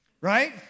Right